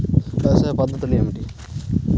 వ్యవసాయ పద్ధతులు ఏమిటి?